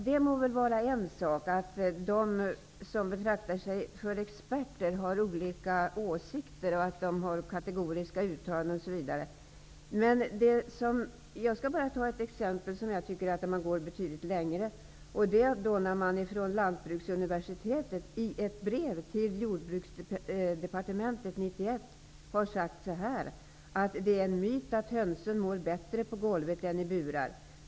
Det må vara en sak att de som betraktar sig som experter har olika åsikter och gör kategoriska uttalanden, man jag skall ta ett exempel där man går betydligt längre. Det är när man från Lantbruksuniversitetet år 1991 i ett brev till Jordbruksdepartementet säger så här: Det är en myt att hönsen mår bättre på golvet än i burar.